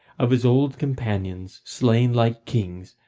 of his old companions slain like kings,